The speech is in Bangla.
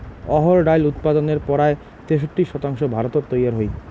অহর ডাইল উৎপাদনের পরায় তেষট্টি শতাংশ ভারতত তৈয়ার হই